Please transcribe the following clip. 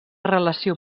relació